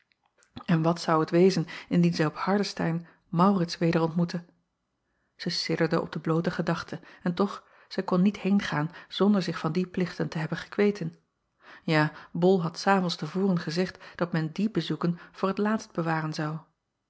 n wat zou het wezen indien zij op ardestein aurits weder ontmoette ij sidderde op de bloote gedachte en toch zij kon niet heengaan zonder zich van die plichten te hebben gekweten ja ol had s avonds te voren gezegd dat men die bezoeken voor t laatst bewaren zou